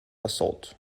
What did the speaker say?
assault